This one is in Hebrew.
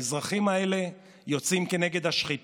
אז את החוק